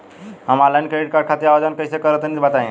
हम online credit card खातिर आवेदन कइसे करि तनि बताई?